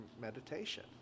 meditation